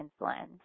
insulin